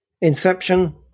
Inception